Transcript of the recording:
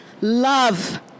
love